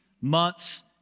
months